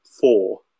four